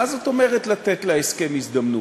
מה זאת אומרת לתת להסכם הזדמנות?